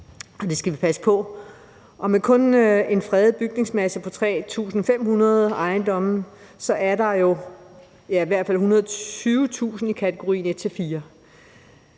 i. Det skal vi passe på. Og med en fredet bygningsmasse på kun 3.500 ejendomme er der jo i hvert fald 120.000 i kategorien 1-4.